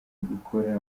gukora